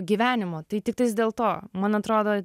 gyvenimo tai tiktais dėl to man atrodo